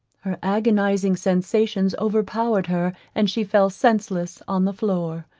her agonizing sensations overpowered her, and she fell senseless on the floor.